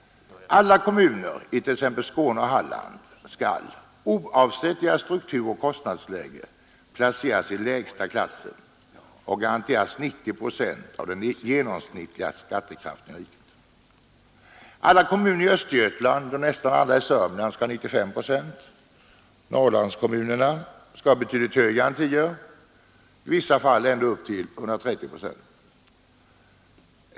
Alla kommuner i t.ex. Skåne och Halland skall, oavsett struktur och kostnadsläge, placeras i lägsta klassen och garanteras 90 procent av den genomsnittliga skattekraften i riket. Alla kommuner i Östergötland och nästan alla i Sörmland skall ha 95 procent. Norrlandskommunerna skall ha betydligt högre garantier, i vissa fall ända upp till 130 procent.